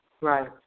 Right